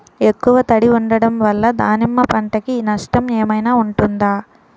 ఎక్కువ తడి ఉండడం వల్ల దానిమ్మ పంట కి నష్టం ఏమైనా ఉంటుందా?